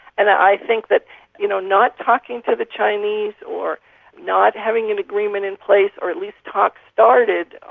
and i think that you know not talking to the chinese or not having an agreement in place or at least talks started,